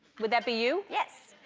would that be you? yes,